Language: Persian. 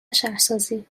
شهرسازی